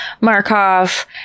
Markov